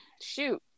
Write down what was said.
shoot